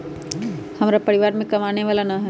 हमरा परिवार में कमाने वाला ना है?